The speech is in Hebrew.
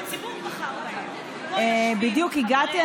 בדיוק הגעתי,